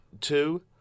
two